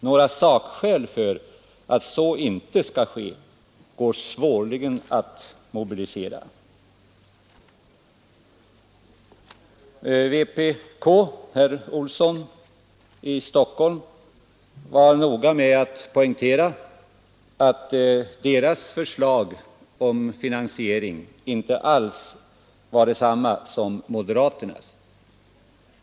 Några sakskäl för att så inte skall vara fallet går det svårligen att mobilisera. Herr Olsson i Stockholm var noga med att poängtera att kommunisternas förslag om finansiering inte alls var detsamma som moderaternas.